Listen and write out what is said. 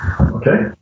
Okay